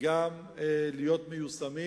גם להיות מיושמים,